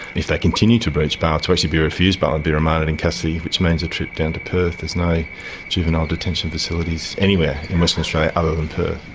if they continue to breach bail, to actually be refused bail and be remanded in custody, which means a trip down to perth. there's no juvenile detention facilities anywhere in western australia other than perth.